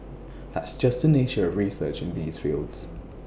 that's just the nature of research in these fields